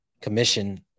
commission